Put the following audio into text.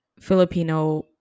Filipino